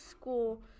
school